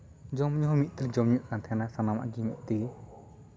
ᱡᱚᱢ ᱧᱩᱦᱚᱸ ᱢᱤᱫ ᱛᱮᱞᱤᱧ ᱡᱚᱢ ᱧᱩᱜ ᱠᱟᱱ ᱛᱟᱦᱮᱱᱟ ᱥᱟᱱᱟᱢᱟᱜ ᱜᱮ ᱢᱤᱫ ᱛᱮᱜᱮ